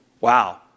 wow